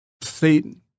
Satan